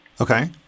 Okay